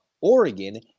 Oregon